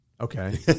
Okay